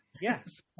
Yes